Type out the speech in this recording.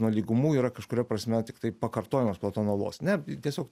nuo lygumų yra kažkuria prasme tiktai pakartojimas platono olos ne tiesiog